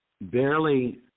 barely